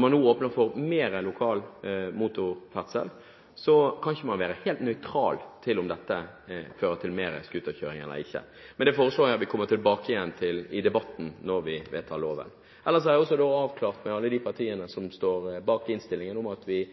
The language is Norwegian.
man nå åpner for mer lokal motorferdsel, kan man ikke være helt nøytral til om dette fører til mer scooterkjøring eller ikke. Men det foreslår jeg at vi kommer tilbake til i debatten når vi skal vedta loven. Ellers har jeg avklart med alle de partiene som står bak innstillingen, at vi